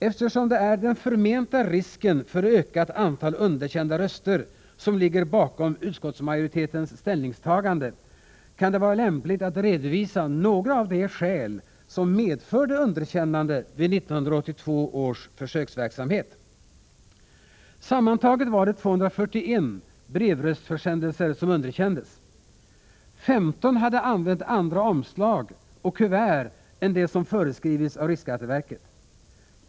Eftersom det är den förmenta risken för ökat antal underkända röster som ligger bakom utskottsmajoritetens ställningstagande, kan det vara lämpligt att redovisa några av de skäl som medförde underkännande vid 1982 års försöksverksamhet. Sammantaget var det 241 brevröstningsförsändelser som underkändes. 15 hade använt andra omslag och kuvert än de som föreskrivits av riksskatteverket.